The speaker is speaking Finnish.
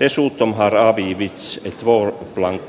resultamharablivits jatkoon luetaan